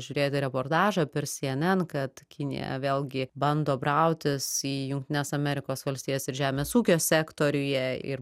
žiūrėti reportažą per syenen kad kinija vėlgi bando brautis į jungtines amerikos valstijas ir žemės ūkio sektoriuje ir